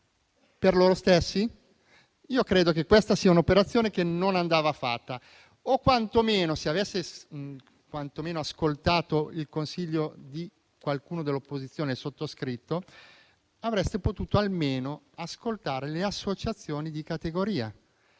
per loro stessi. Credo che questa operazione non andasse fatta. O quantomeno se aveste ascoltato il consiglio di qualcuno dell'opposizione (il sottoscritto), avreste potuto almeno ascoltare le associazioni di categoria;